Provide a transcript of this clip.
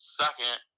second